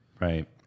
Right